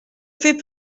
fait